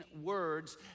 Words